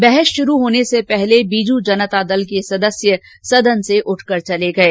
बहस शुरू होने से पहले बीजू जनता दल के सदस्य सदन से उठकर चले गये